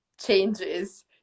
changes